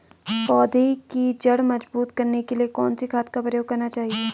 पौधें की जड़ मजबूत करने के लिए कौन सी खाद का प्रयोग करना चाहिए?